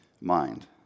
mind